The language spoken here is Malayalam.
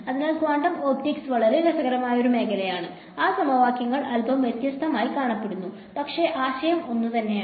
അതിനാൽ ക്വാണ്ടം ഒപ്റ്റിക്സ് വളരെ രസകരമായ ഒരു മേഖലയാണ് ആ സമവാക്യങ്ങൾ അല്പം വ്യത്യസ്തമായി കാണപ്പെടുന്നു പക്ഷേ ആശയം ഒന്നുതന്നെയാണ്